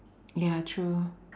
ya true